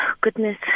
goodness